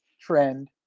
trend